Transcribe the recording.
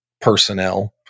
personnel